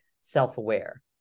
self-aware